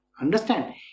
understand